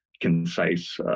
concise